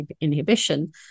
inhibition